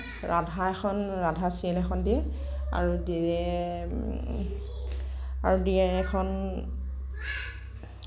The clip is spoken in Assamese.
ৰাধা খন ৰাধা চিৰিয়েল এখন দিয়ে আৰু দিয়ে আৰু দিয়ে এখন